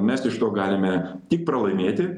mes iš to galime tik pralaimėti